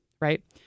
Right